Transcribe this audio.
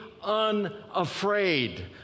unafraid